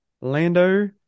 Lando